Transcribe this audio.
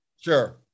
Sure